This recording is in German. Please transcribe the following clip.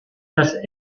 das